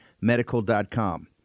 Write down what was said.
medical.com